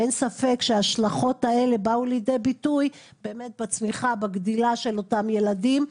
ואין ספק שההשלכות האלה באו לידי ביטוי בצמיחה ובגדילה של אותם ילדים,